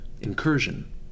incursion